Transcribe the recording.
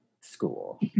school